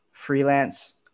freelance